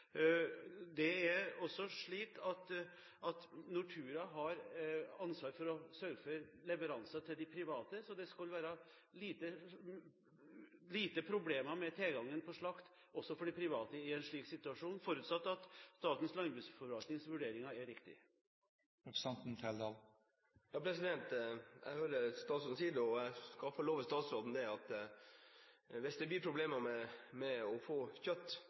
Det er også slik at Nortura har ansvar for å sørge for leveranser til de private. Det skal derfor være få problemer med å få tilgang på slakt, også for de private i en slik situasjon, forutsatt at Statens landbruksforvaltnings vurderinger er riktig. Jeg hører statsråden sier det, og jeg skal love statsråden at hvis det blir problemer med å få kjøtt,